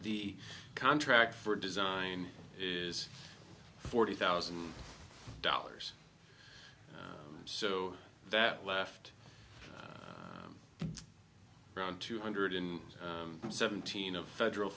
the contract for design is forty thousand dollars so that left around two hundred and seventeen of federal